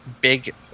big